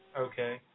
Okay